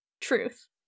truth